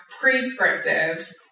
prescriptive